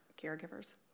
caregivers